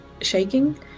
shaking